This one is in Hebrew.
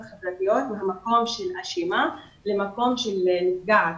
חברתיות מהמקום של אשמה למקום של נפגעת.